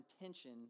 intention